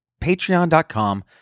patreon.com